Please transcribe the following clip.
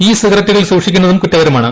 E സിഗരറ്റുകൾ സൂക്ഷിക്കുന്നതും കുറ്റകരമാണ്